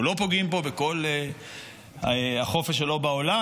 אנחנו לא פוגעים בכל החופש שלו בעולם,